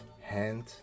hand